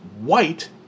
White